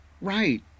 Right